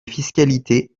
fiscalité